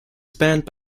spanned